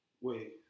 Wait